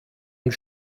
und